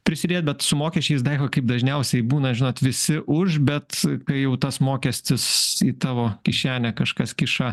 prisidėti bet su mokesčiais daiva kaip dažniausiai būna žinot visi už bet kai jau tas mokestis į tavo kišenę kažkas kiša